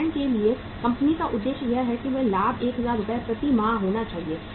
उदाहरण के लिए कंपनी का उद्देश्य यह है कि लाभ 1000 रुपये प्रति माह होना चाहिए